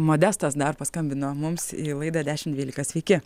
modestas dar paskambino mums į laidą dešimt dvylika sveiki